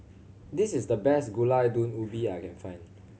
this is the best Gulai Daun Ubi that I can find